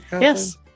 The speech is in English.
yes